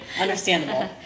Understandable